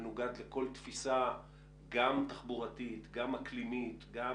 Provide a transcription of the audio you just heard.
מנוגד לכל תפיסה גם תחבורתית גם אקלימית גם